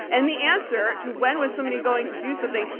and the answer to, when was somebody going to do something?